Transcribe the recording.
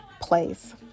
place